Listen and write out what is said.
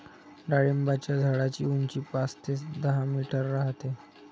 डाळिंबाच्या झाडाची उंची पाच ते दहा मीटर राहते